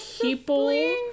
people